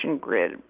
grid